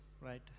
right